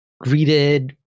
greeted